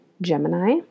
Gemini